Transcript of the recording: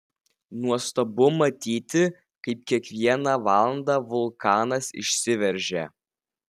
nuostabu matyti kaip kiekvieną valandą vulkanas išsiveržia